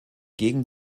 gegen